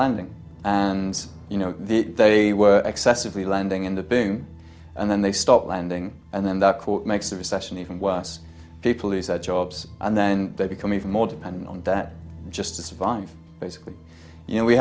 lending and you know the they were excessively lending into being and then they stopped lending and then the court makes the recession even worse people he said jobs and then they become even more dependent on that just to survive basically you know we